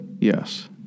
Yes